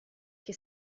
che